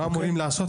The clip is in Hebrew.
מה אמורים לעשות?